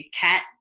cat